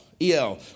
E-L